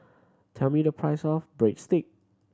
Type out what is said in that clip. tell me the price of Breadstick